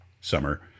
summer